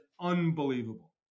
unbelievable